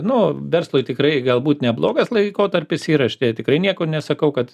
nu verslui tikrai galbūt neblogas laikotarpis yra aš tikrai nieko nesakau kad